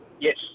Yes